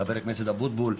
ח"כ אבוטבול,